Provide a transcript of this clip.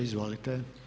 Izvolite.